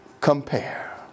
compare